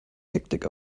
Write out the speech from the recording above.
hektik